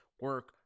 Work